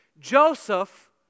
Joseph